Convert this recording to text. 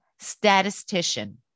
statistician